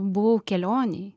buvau kelionėj